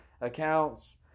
accounts